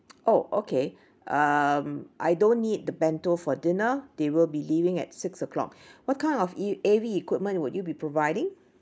oh okay um I don't need the bento for dinner they will be leaving at six o'clock what kind of e~ A_V equipment would you be providing